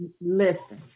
Listen